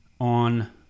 on